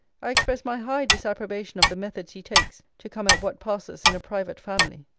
i express my high disapprobation of the methods he takes to come at what passes in a private family.